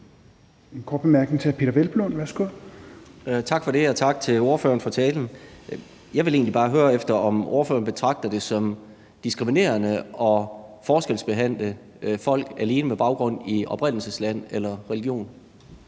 20:08 Peder Hvelplund (EL): Tak for det, og tak til ordføreren for talen. Jeg vil egentlig bare høre, om ordføreren betragter det som diskriminerende at forskelsbehandle folk alene på baggrund af oprindelsesland eller religion.